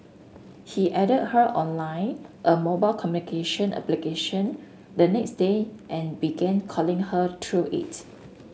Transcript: he added her on line a mobile communication application the next day and began calling her through it